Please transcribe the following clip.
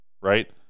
Right